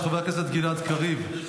חבר הכנסת גלעד קריב,